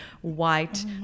white